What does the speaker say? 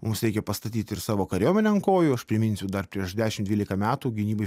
mus reikia pastatyt ir savo kariuomenę ant kojų aš priminsiu dar prieš dešim dvylika metų gynybai